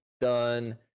done